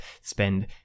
spend